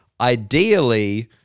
Ideally